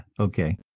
Okay